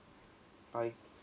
bye